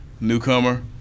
newcomer